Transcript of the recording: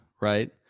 right